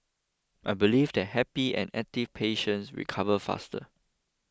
I believe that happy and active patients recover faster